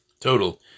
total